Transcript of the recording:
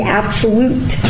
absolute